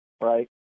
right